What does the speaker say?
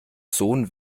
sohn